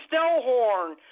Stellhorn